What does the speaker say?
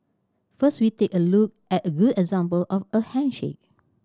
first we take a look at a good example of a handshake